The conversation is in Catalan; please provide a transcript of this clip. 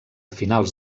finals